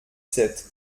sept